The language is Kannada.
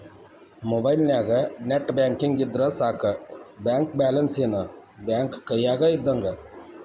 ಮೊಬೈಲ್ನ್ಯಾಗ ನೆಟ್ ಬ್ಯಾಂಕಿಂಗ್ ಇದ್ರ ಸಾಕ ಬ್ಯಾಂಕ ಬ್ಯಾಲೆನ್ಸ್ ಏನ್ ಬ್ಯಾಂಕ ಕೈಯ್ಯಾಗ ಇದ್ದಂಗ